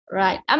right